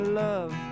love